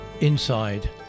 Inside